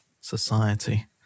society